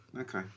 Okay